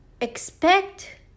expect